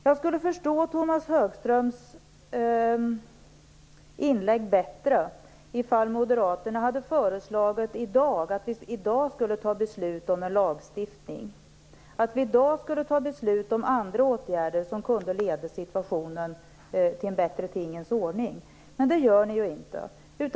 Jag skulle ha förstått Tomas Högströms inlägg bättre ifall moderaterna hade föreslagit att vi i dag skulle fatta beslut om en lagstiftning och om andra åtgärder som kunde leda till en bättre tingens ordning. Men det gör ni ju inte.